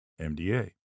MDA